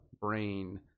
brain